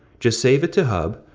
just save it to hub,